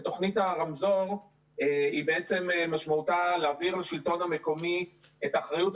ותוכנית הרמזור היא בעצם משמעותה להעביר לשלטון המקומי את האחריות.